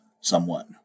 somewhat